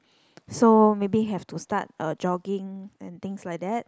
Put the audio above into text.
so maybe have to start uh jogging and things like that